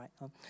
right